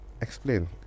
explain